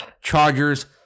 Chargers